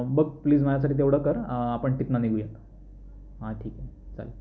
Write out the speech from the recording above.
बघ प्लीज माझ्यासाठी तेवढं कर आपण तिथनं निघुया हा ठीक आहे चालेल